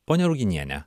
ponia ruginiene